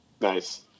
nice